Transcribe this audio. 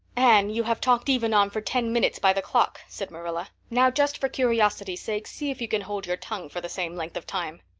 anne, you have talked even on for ten minutes by the clock, said marilla. now, just for curiosity's sake, see if you can hold your tongue for the same length of time.